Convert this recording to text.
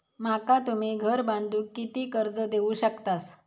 माका तुम्ही घर बांधूक किती कर्ज देवू शकतास?